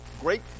great